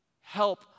help